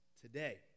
today